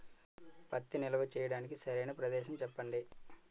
పత్తి నిల్వ చేయటానికి సరైన ప్రదేశం చెప్పండి?